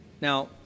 Now